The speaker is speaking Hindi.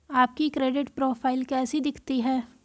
आपकी क्रेडिट प्रोफ़ाइल कैसी दिखती है?